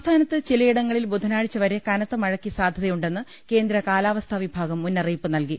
സംസ്ഥാനത്ത് ചിലയിടങ്ങളിൽ ബുധനാഴ്ചവരെ കനത്ത മഴയ്ക്ക് സാധ്യതയുണ്ടെന്ന് കേന്ദ്ര കാലാവസ്ഥാവിഭാഗം മുന്നറിയിപ്പ് നൽകി